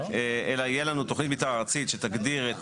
אלא תהיה לנו תוכנית מתאר ארצית שתגדיר את